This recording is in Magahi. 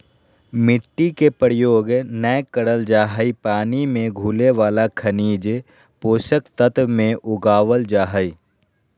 मिट्टी के प्रयोग नै करल जा हई पानी मे घुले वाला खनिज पोषक तत्व मे उगावल जा हई